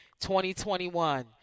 2021